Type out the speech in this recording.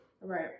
Right